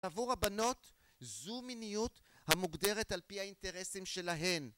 עבור הבנות זו מיניות המוגדרת על פי האינטרסים שלהן